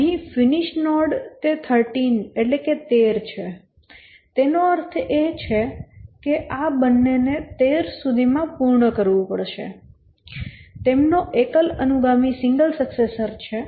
અહીં finish node 13 છે તેનો અર્થ એ કે આ બંનેને 13 સુધીમાં પૂર્ણ કરવું પડશે તેમનો એક જ અનુગામી છે